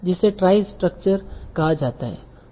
जिसे tri structure कहा जाता है